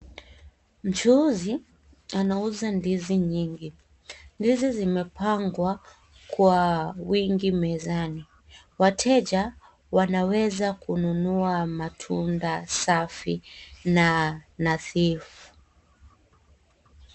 Mchuuzi anauza ndizi nyingi ,ndizi zimepanwa kwa wingi mezani wateja wanaweza kununua matunda safi na nadhifu.